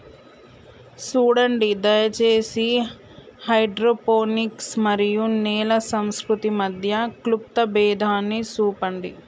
సూడండి దయచేసి హైడ్రోపోనిక్స్ మరియు నేల సంస్కృతి మధ్య క్లుప్త భేదాన్ని సూపండి